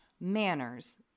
manners